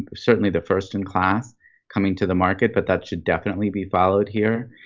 certainly the first in class coming to the market, but that should definitely be followed here.